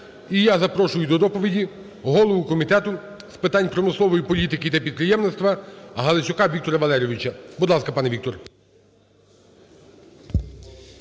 І я запрошую до доповіді голову Комітету з питань промислової політики та підприємництва Галасюка Віктора Валерійовича. Будь ласка, пане Віктор.